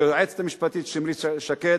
ליועצת המשפטית שמרית שקד.